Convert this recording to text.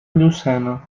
llucena